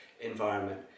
environment